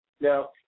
Now